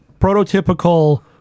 prototypical